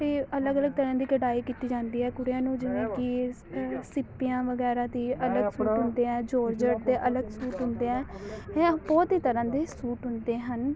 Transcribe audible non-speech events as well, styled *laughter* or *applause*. ਅਤੇ ਅਲੱਗ ਅਲੱਗ ਤਰ੍ਹਾਂ ਦੀ ਕਢਾਈ ਕੀਤੀ ਜਾਂਦੀ ਹੈ ਕੁੜੀਆਂ ਨੂੰ ਜਿਵੇਂ ਕਿ ਸਿੱਪੀਆਂ ਵਗੈਰਾ ਦੀ ਅਤੇ ਅਲੱਗ ਸੂਟ ਹੁੰਦੇ ਹੈ ਜੋਰਜੱਟ ਦੇ ਅਲੱਗ ਸੂਟ ਹੁੰਦੇ ਹੈ *unintelligible* ਬਹੁਤ ਹੀ ਤਰ੍ਹਾਂ ਦੇ ਸੂਟ ਹੁੰਦੇ ਹਨ